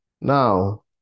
Now